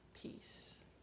peace